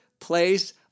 place